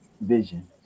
vision